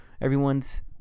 everyone's